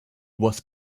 was